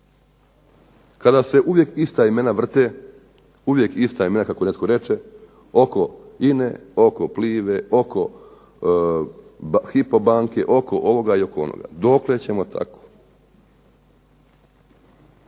kada se uvijek ista imena vrte, uvijek ista imena kako netko reče, oko INA-e, oko Plive, oko Hypo banke oko ovoga onoga, dokle ćemo tako.